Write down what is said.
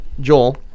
Joel